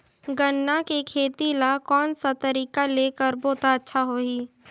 गन्ना के खेती ला कोन सा तरीका ले करबो त अच्छा होही?